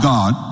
God